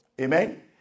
Amen